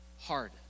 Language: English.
hard